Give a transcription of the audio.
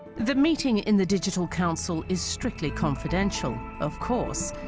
the meeting in the digital council is strictly confidential, of course